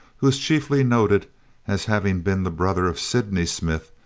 who is chiefly noted as having been the brother of sydney smith,